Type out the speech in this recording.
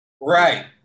Right